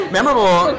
Memorable